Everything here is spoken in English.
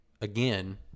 again